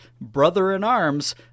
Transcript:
brother-in-arms